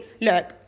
look